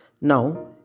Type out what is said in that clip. now